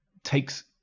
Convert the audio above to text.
takes